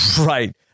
Right